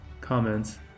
comments